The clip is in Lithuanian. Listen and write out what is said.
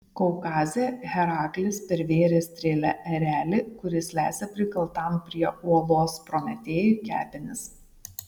kaukaze heraklis pervėrė strėle erelį kuris lesė prikaltam prie uolos prometėjui kepenis